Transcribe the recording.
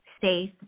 safe